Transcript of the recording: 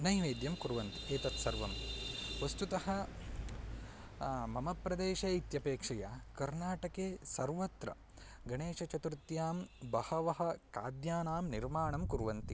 नैवेद्यं कुर्वन्ति एतत् सर्वं वस्तुतः मम प्रदेशे इत्यपेक्षया कर्नाटके सर्वत्र गणेशचतुर्थ्यां बहवः खाद्यानां निर्माणं कुर्वन्ति